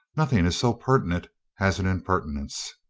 nothing is so pertinent as an impertinence.